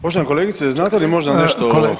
Poštovana kolegice, znate li možda nešto…